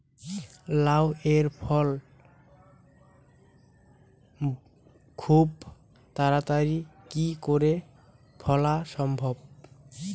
লাউ এর ফল খুব তাড়াতাড়ি কি করে ফলা সম্ভব?